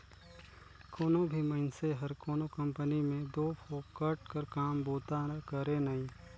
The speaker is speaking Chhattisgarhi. कोनो भी मइनसे हर कोनो कंपनी में दो फोकट कर काम बूता करे नई